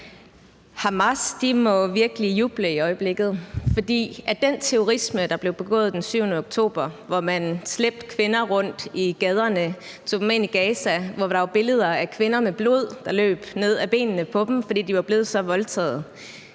af det terrorangreb, den terrorisme, der blev begået den 7. oktober, hvor man slæbte kvinder rundt i gaderne og tog dem med ind i Gaza, hvor der var billeder af kvinder med blod, der løb ned ad benene på dem, fordi de var blevet så voldtaget